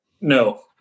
No